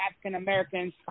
African-Americans